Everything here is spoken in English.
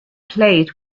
played